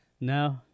No